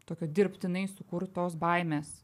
tokio dirbtinai sukurtos baimės